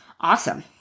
Awesome